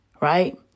right